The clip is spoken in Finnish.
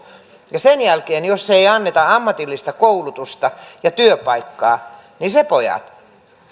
ja sen jälkeen jos ei anneta ammatillista koulutusta ja työpaikkaa niin se pojat